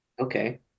okay